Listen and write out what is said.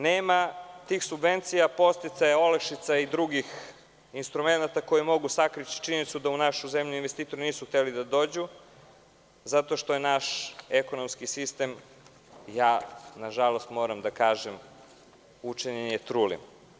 Nema tih subvencija, podsticaja, olakšica i drugih instrumenata koji mogu sakriti činjenicu da u našu zemlju investitori nisu hteli da dođu zato što je naš ekonomski sistem, moram da kažem nažalost, truo.